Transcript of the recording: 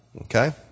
Okay